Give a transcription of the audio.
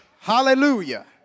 Hallelujah